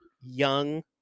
young